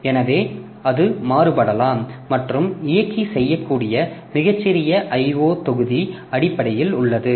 எனவே அது மாறுபடலாம் மற்றும் இயக்கி செய்யக்கூடிய மிகச்சிறிய I O தொகுதி அடிப்படையில் உள்ளது